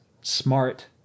smart